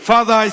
Father